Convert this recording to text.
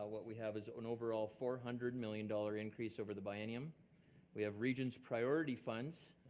ah what we have is an overall four hundred million dollars increase over the biennium we have regents priority funds.